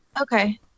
okay